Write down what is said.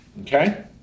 Okay